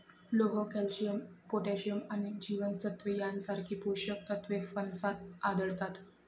लोह, calcium, potassium आणि जीवनसत्त्वे यांसारखी पोषक तत्वे फणसात आढळतात